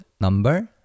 number